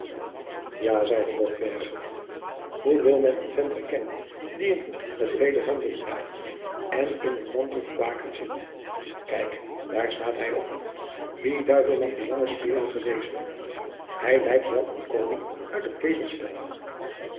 ja zeide botbergen hoe wil men een vent herkennen die een hoed met breede randen draagt en in een mantel gebakerd zit kijk daar staat hij op wie duivel mag die lange spergie wezen hij lijkt wel den koning uit het